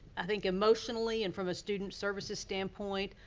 i think, emotionally, and from a student services standpoint,